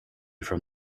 from